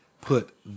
put